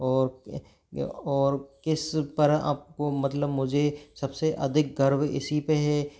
और और किस पर आपको मतलब मुझे सबसे अधिक गर्व इसी पे है